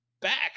back